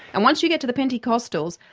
and once you get to the pentecostals,